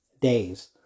days